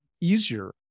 easier